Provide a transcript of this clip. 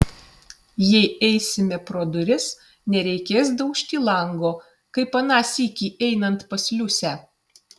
jei eisime pro duris nereikės daužti lango kaip aną sykį einant pas liusę